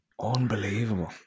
Unbelievable